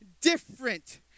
different